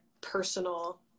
personal